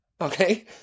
okay